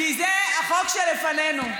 כי זה החוק שלפנינו.